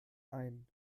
ein